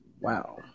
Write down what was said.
Wow